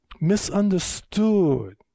misunderstood